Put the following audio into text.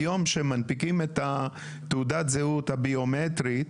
היום כשמנפיקים את תעודת הזהות הביומטרית,